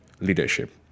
leadership